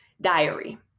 diary